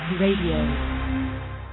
Radio